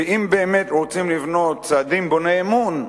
ואם באמת רוצים לבנות צעדים בוני אמון,